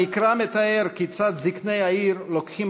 המקרא מתאר כיצד זקני העיר לוקחים